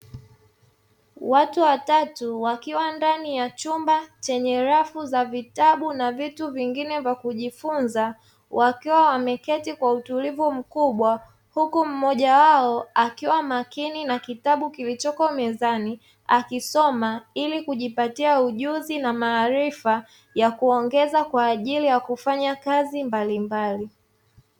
Watu watatu wakiwa ndani ya chumba chenye rafu za vitabu na vitu vingine vya kujifunza, wakiwa wameketi kwa utulivu mkubwa, huku mmoja wao akiwa makini na kitabu kilichoko mezani, akisoma ili kujipatia ujuzi na maarifa ya kuongeza kwa ajili ya kufanya kazi mbalimbali.